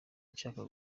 nshaka